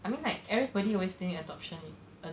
I mean like everybody always think adoption uh